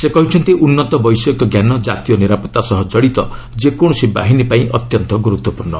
ସେ କହିଛନ୍ତି ଉନ୍ନତ ବୈଷୟିକ ଜ୍ଞାନ ଜାତୀୟ ନିରାପତ୍ତା ସହ କଡ଼ିତ ଯେକୌଣସି ବାହିନୀ ପାଇଁ ଅତ୍ୟନ୍ତ ଗୁରୁତ୍ୱପୂର୍୍ଣ